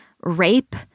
rape